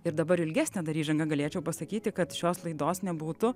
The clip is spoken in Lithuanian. ir dabar ilgesnę dar įžangą galėčiau pasakyti kad šios laidos nebūtų